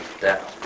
down